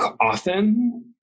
often